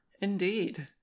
Indeed